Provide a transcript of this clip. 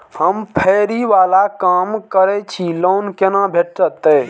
हम फैरी बाला काम करै छी लोन कैना भेटते?